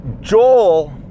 Joel